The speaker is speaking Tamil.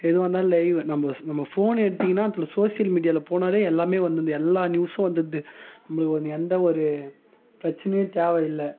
எதுவாக இருந்தாலும் லைவு நம்ம ஸ் நம்ம ஃபோன் எடுத்தீங்கன்னால் சோசியல் மீடியாவில போனாலே எல்லாமே வந்துடுது எல்லா நியுஸும் வந்துடுது நம்மளுக்கு வந்து எந்த ஒரு பிரச்சனையும் தேவை இல்லை